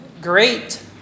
great